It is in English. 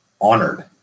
honored